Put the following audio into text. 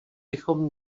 bychom